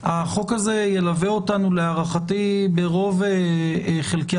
החוק הזה ילווה אותנו להערכתי ברוב חלקי